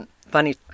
funny